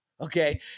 Okay